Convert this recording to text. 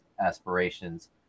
aspirations